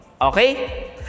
Okay